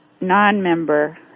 non-member